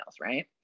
right